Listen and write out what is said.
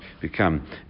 become